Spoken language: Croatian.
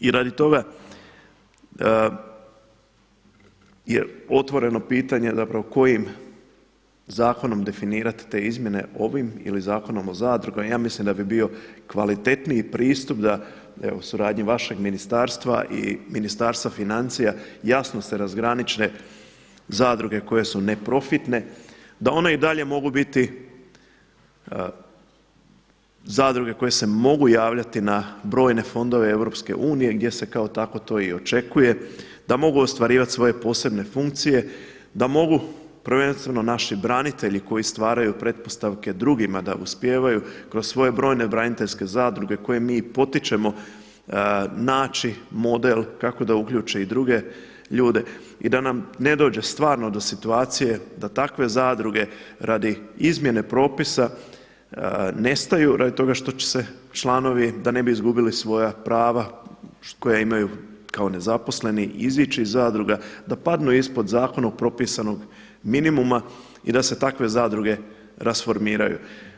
I radi toga je otvoreno pitanje zapravo kojim zakonom definirati te izmjene ovim ili Zakonom o zadrugama, ja mislim da bi bio kvalitetniji pristup da evo suradnjom vašeg ministarstva i Ministarstva financija jasno se razgraniče zadruge koje su neprofitne da one i dalje mogu biti zadruge koje se mogu javljati na brojne fondove EU gdje se kao tako to i očekuje, da mogu ostvarivati svoje posebne funkcije, da mogu prvenstveno naši branitelji koji stvaraju pretpostavke drugima da uspijevaju kroz svoje brojne braniteljske zadruge koje mi i potičemo naći model kako da uključe i druge ljude i da nam ne dođe stvarno do situacije da takve zadruge radi izmjene propisa nestaju radi toga što će se članovi da ne bi izgubili svoja prava koja imaju kao nezaposleni izići iz zadruga, da padnu ispod zakonom propisanog minimuma i da se takve zadruge rasformiraju.